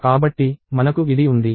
కాబట్టి మనకు ఇది ఉంది